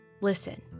listen